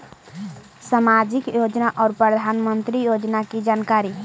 समाजिक योजना और प्रधानमंत्री योजना की जानकारी?